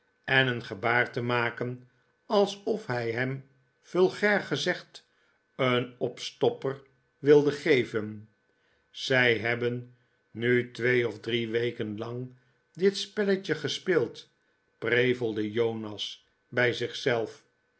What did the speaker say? en een gebaar te maken alsof hij hem vulgair gezegd tj een opstopper wilde geven zij hebtaen nu twee of drie weken lang dit spelletje gespeeld prevelde jonas bij